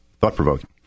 thought-provoking